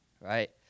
Right